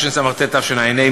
תשס"ט תשע"ה,